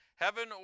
Heaven